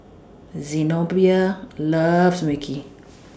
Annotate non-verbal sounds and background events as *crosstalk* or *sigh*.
Zenobia loves Mui Kee *noise*